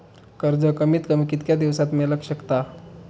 कर्ज कमीत कमी कितक्या दिवसात मेलक शकता?